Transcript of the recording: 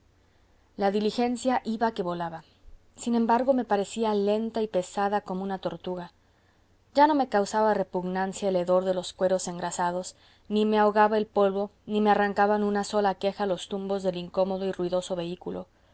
la diligencia iba que volaba sin embargo me parecía lenta y pesada como una tortuga ya no me causaba repugnancia el hedor de los cueros engrasados ni me ahogaba el polvo ni me arrancaban una sola queja los tumbos del incómodo y ruidoso vehículo